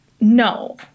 no